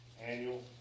annual